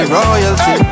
royalty